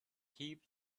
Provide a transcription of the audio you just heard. heaps